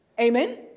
Amen